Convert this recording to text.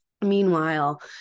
Meanwhile